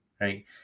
Right